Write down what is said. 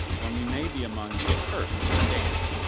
when we may be among the accursed, who are damned.